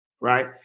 right